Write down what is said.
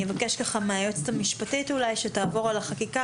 אני מבקש מהיועצת המשפטית לעבור על החקיקה